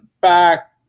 back